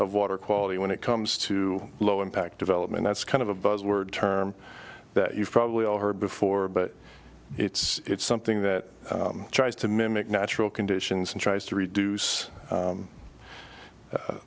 of water quality when it comes to low impact development that's kind of a buzz word term that you've probably all heard before but it's something that tries to mimic natural conditions and tries to reduce